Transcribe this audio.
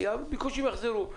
הביקושים יחזרו.